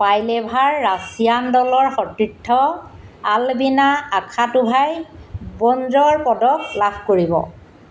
পাইলেভাৰ Russian দলৰ সতীৰ্থ Albina আখাতোভাই ব্ৰঞ্জৰ পদক লাভ কৰিব